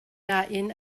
nain